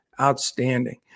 outstanding